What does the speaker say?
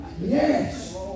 Yes